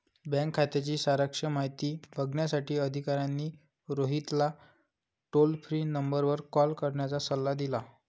bank खात्याची सारांश माहिती बघण्यासाठी अधिकाऱ्याने रोहितला टोल फ्री नंबरवर कॉल करण्याचा सल्ला दिला